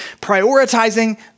Prioritizing